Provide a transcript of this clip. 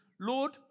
Lord